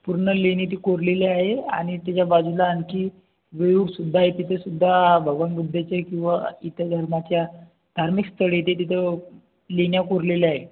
पूर्ण लेणी ती कोरलेल्या आहे आणि तिच्या बाजूला आणखी वेरुळसुद्धा आहे तिथेसुद्धा भगवान बुद्धाच्या किंवा इतर धर्माच्या धार्मिक स्थळ आहे ते तिथं लेण्या कोरलेल्या आहे